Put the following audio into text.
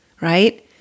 right